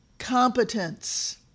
Competence